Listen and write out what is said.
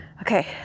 okay